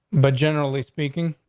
but generally speaking,